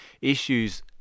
issues